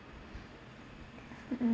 mm mm